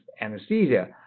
anesthesia